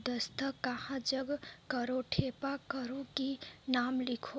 अउ दस्खत कहा जग करो ठेपा करो कि नाम लिखो?